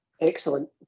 excellent